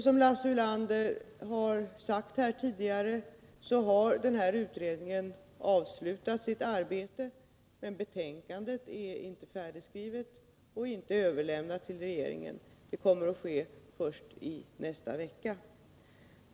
Som Lars Ulander sagt tidigare har den här utredningen avslutat sitt arbete, men betänkandet är inte färdigskrivet. Det kommer att överlämnas till regeringen först i nästa vecka.